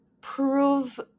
prove